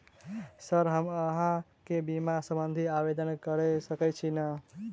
Sir हम अहाँ केँ बीमा संबधी आवेदन कैर सकै छी नै?